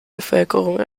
bevölkerung